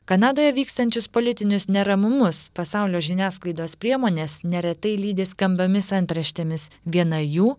kanadoje vykstančius politinius neramumus pasaulio žiniasklaidos priemonės neretai lydi skambiomis antraštėmis viena jų